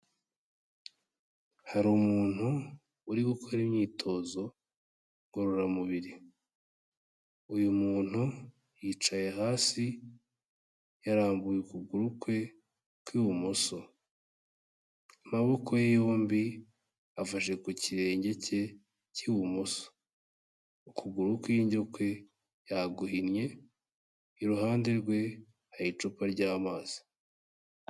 Hari umuntu uri gukora imyitozo ngororamubiri, uyu muntu yicaye hasi yarambuye ukuguru kwe kw'ibumoso, amaboko ye yombi afashe ku kirenge cye cy'ibumoso, ukuguru kw'indyo kwe yaguhinnye, iruhande rwe hari icupa ry'amazi.